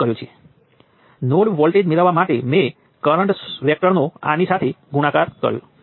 નિયંત્રણ વોલ્ટેજ સ્ત્રોત V1 V2 વચ્ચે જોડવામાં આવ્યો છે તે V1 V2ને વ્યાખ્યાયિત કરે છે